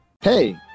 Hey